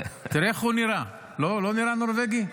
נורבגי --- תראה איך הוא נראה, לא נראה נורבגי?